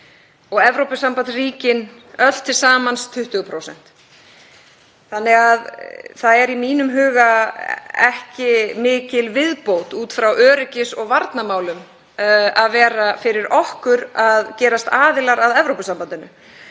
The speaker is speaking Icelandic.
og Evrópusambandsríkin öll til samans með 20%, þannig að það er í mínum huga ekki mikil viðbót út frá öryggis- og varnarmálum fyrir okkur að gerast aðilar að Evrópusambandinu.